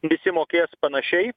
visi mokės panašiai